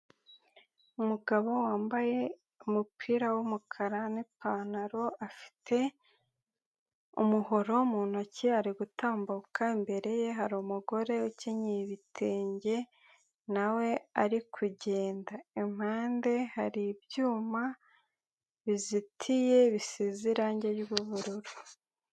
Umugabo wambaye umupira w'umukara n'ipantaro afite umuhoro mu ntoki ari gutambuka, imbere ye hari umugore ukennye ibitenge nawe we ari kugenda. Impande hari ibyuma bizitiye bisize irangi ry'ubururu.